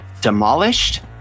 demolished